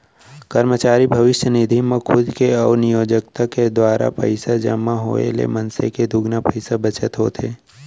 करमचारी भविस्य निधि म खुद के अउ नियोक्ता के दुवारा पइसा जमा होए ले मनसे के दुगुना पइसा बचत होथे